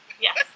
Yes